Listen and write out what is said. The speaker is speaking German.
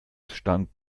stand